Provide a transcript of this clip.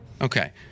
Okay